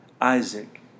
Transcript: Isaac